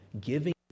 giving